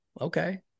Okay